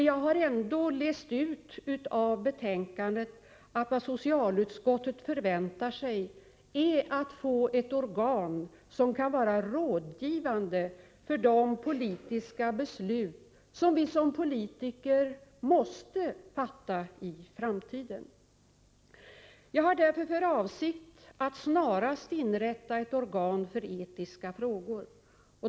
Jag har ändå läst ut av betänkandet att vad socialutskottet förväntar sig är att få ett organ, som kan vara rådgivande inför de politiska beslut som vi såsom politiker måste fatta i framtiden. Jag har därför för avsikt att snarast inrätta ett organ för etiska frågor.